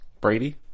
Brady